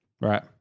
Right